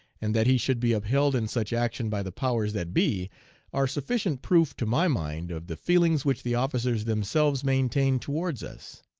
and that he should be upheld in such action by the powers that be are sufficient proof to my mind of the feelings which the officers themselves maintained towards us.